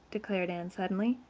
declared anne suddenly.